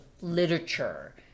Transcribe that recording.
literature